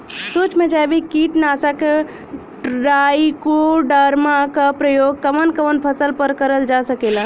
सुक्ष्म जैविक कीट नाशक ट्राइकोडर्मा क प्रयोग कवन कवन फसल पर करल जा सकेला?